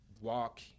walk